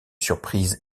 surprises